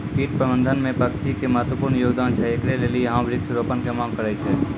कीट प्रबंधन मे पक्षी के महत्वपूर्ण योगदान छैय, इकरे लेली यहाँ वृक्ष रोपण के मांग करेय छैय?